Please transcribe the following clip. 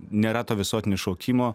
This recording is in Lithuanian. nėra to visuotinio šaukimo